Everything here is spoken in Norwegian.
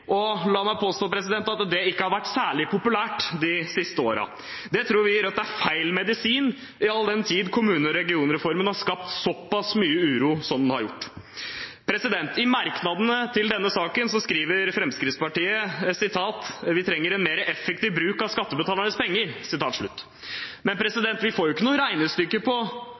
og mer sentralisering – og la meg påstå at det ikke har vært særlig populært det siste årene. Det tror vi i Rødt er feil medisin, all den tid kommune- og regionreformen har skapt såpass mye uro som den har gjort. I merknadene til denne saken skriver Fremskrittspartiet at vi trenger en «mer effektiv bruk av skattebetalernes penger». Men vi får ikke noe regnestykke på